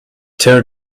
tear